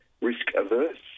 risk-averse